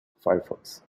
firefox